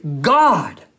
God